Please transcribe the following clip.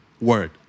word